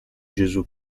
gesù